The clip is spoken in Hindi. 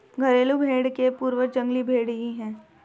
घरेलू भेंड़ के पूर्वज जंगली भेंड़ ही है